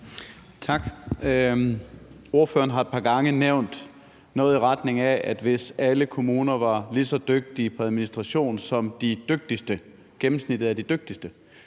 Tak. Ordføreren har et par gange nævnt noget i retning af, at hvis alle kommuner var lige så dygtige til administration som de dygtigste, altså gennemsnittet af de dygtigste,